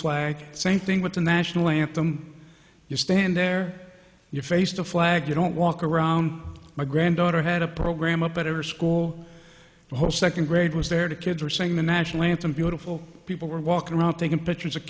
flag same thing with the national anthem you stand there you face the flag you don't walk around my granddaughter had a program up at every school the whole second grade was there kids were saying the national anthem beautiful people were walking around taking pictures of